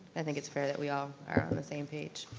i think it's fair that we all are on the same page.